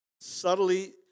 subtly